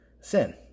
Sin